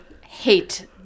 hate